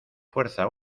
fuerza